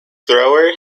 thrower